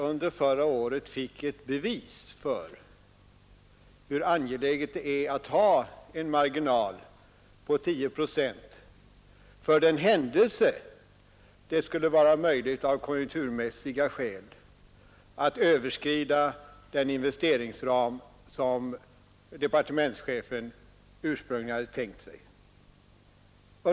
Under förra året fick vi nämligen ett bevis för hur angeläget det är att ha en marginal på 10 procent för den händelse det skulle vara möjligt av konjunkturmässiga skäl att överskrida den investeringsram som departementschefen ursprungligen hade tänkt sig.